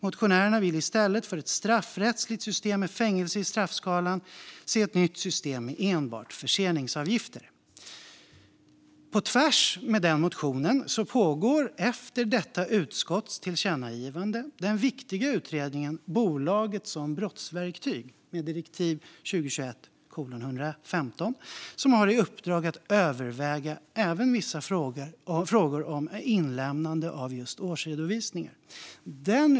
Motionärerna vill i stället för ett straffrättsligt system med fängelse i straffskalan se ett nytt system med enbart förseningsavgifter. På tvärs mot den motionen pågår, efter detta utskotts tillkännagivande, den viktiga Utredningen om bolaget som brottsverktyg, med direktivnummer 2021:115, som har i uppdrag att överväga även vissa frågor om inlämnande av just årsredovisningar.